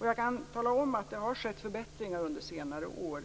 Jag kan tala om att det har skett förbättringar under senare år.